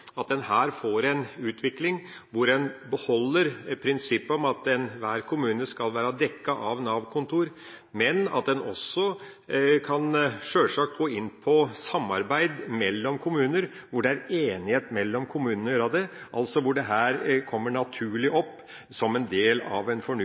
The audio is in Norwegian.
at en her får en utvikling hvor en beholder prinsippet om at enhver kommune skal være dekket av Nav-kontor, men at en sjølsagt også kan gå inn på et samarbeid mellom kommuner, hvor det er enighet mellom kommunene å gjøre det, altså hvor det her kommer naturlig